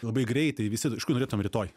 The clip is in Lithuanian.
labai greitai visi aišku norėtume rytoj